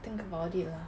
think about it lah